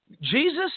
Jesus